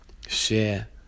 share